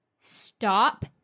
stop